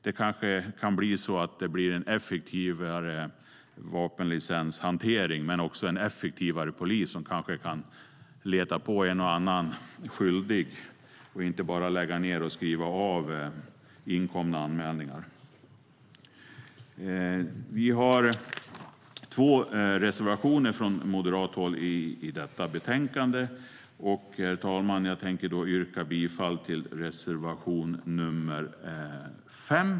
Det kan kanske bli en effektivare vapenlicenshantering och också en effektivare polis som kanske kan leta upp en och annan skyldig och inte bara lägga ned och skriva av inkomna anmälningar. Vi har två reservationer från moderat håll i detta betänkande. Jag yrkar bifall till reservation nr 5.